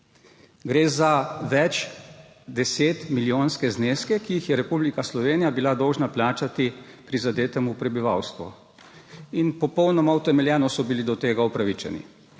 Gre za večdesetmilijonske zneske, ki jih je bila Republika Slovenija dolžna plačati prizadetemu prebivalstvu. Popolnoma utemeljeno so bili do tega upravičeni.